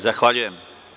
Zahvaljujem.